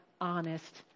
honest